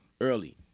early